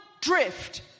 drift